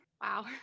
wow